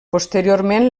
posteriorment